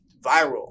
viral